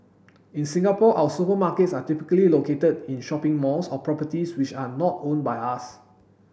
in Singapore our supermarkets are typically located in shopping malls or properties which are not owned by us